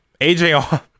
aj